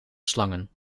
slangen